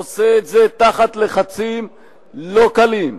עושה את זה תחת לחצים לא קלים,